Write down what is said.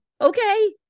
Okay